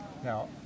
Now